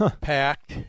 packed